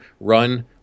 run